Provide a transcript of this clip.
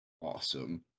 awesome